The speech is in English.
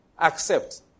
Accept